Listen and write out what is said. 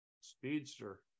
Speedster